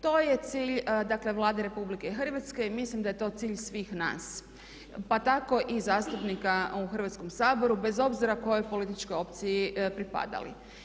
To je cilj dakle Vlade RH i mislim da je to cilj svih nas pa tako i zastupnika u Hrvatskom saboru bez obzira kojoj političkoj opciji pripadali.